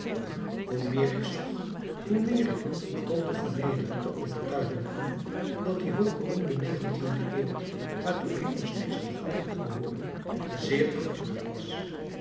hoe meer ik zag hoe meer ik tot de vernederende overtuiging kwam dat die hoog geroemde negentiende eeuw waartoe ik nog steeds gevoelde te behooren zeer achterlijk was